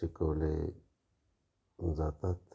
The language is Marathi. शिकवले जातात